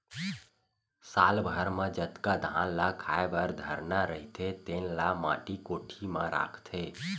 साल भर म जतका धान ल खाए बर धरना रहिथे तेन ल माटी कोठी म राखथे